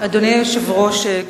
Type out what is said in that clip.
אדוני היושב-ראש,